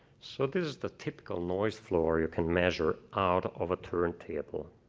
so this is the typical noise floor you can measure out of a turntable.